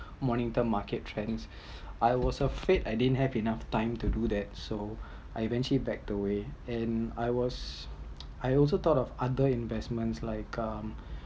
monitor market trends I was afraid I didn’t have enough time to do that so I eventually back the way and I was I also thought of other investments like um